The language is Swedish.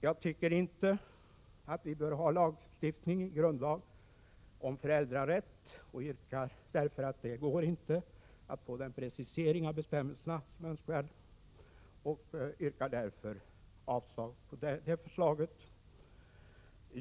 Jag tycker inte att vi bör ha lagstiftning i grundlag om föräldrarätt. Det går inte att få den precisering av bestämmelserna som är önskvärd. Jag yrkar därför avslag på det förslaget.